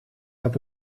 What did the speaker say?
heb